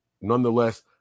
nonetheless